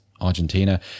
Argentina